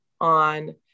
on